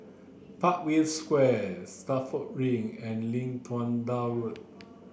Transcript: Parkview Square Stagmont Ring and Lim Tua Tow Road